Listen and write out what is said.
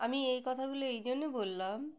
আমি এই কথাগুলো এই জন্যই বললাম